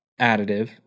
additive